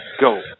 Go